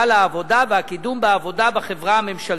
לעבודה והקידום בעבודה בחברה הממשלתית"